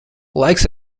laiks